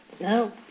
No